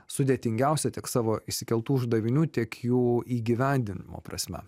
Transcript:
sudėtingiausia tik savo išsikeltų uždavinių tiek jų įgyvendinimo prasme